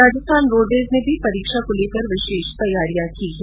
Rajasthan roadways ने भी परीक्षा को लेकर विषेष तैयारियां की हैं